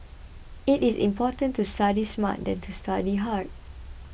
it is more important to study smart than to study hard